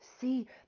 See